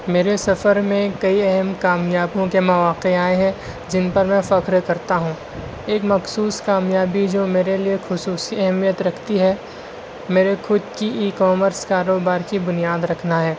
میرے سفر میں کئی اہم کامیابیوں کے مواقع آئے ہیں جن پر میں فخر کرتا ہوں ایک مخصوص کامیابی جو میرے لیے خصوصی اہمیت رکھتی ہے میری خود کی ای کامرس کاروبار کی بنیاد رکھنا ہے